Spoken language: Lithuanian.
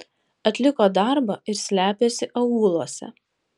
atliko darbą ir slepiasi aūluose